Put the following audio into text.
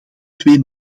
twee